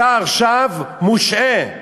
אתה עכשיו מושעה,